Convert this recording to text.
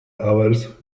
hours